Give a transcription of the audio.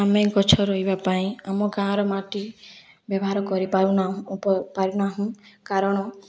ଆମେ ଗଛ ରୋହିବା ପାଇଁ ଆମ ଗାଁ'ର ମାଟି ବ୍ୟବହାର କରିପାରୁ ନାହୁଁ କାରଣ